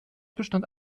bestand